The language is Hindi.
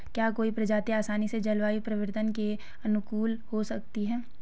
क्या कोई प्रजाति आसानी से जलवायु परिवर्तन के अनुकूल हो सकती है?